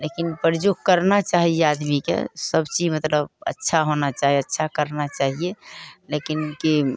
लेकिन प्रयोग करना चाही आदमीके सब चीज मतलब अच्छा होना चाही अच्छा करना चाहिए लेकिन की